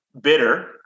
bitter